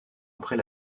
après